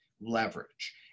leverage